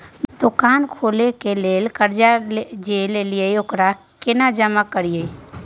दुकान खोले के लेल कर्जा जे ललिए ओकरा केना जमा करिए?